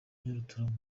nyarutarama